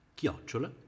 chiocciola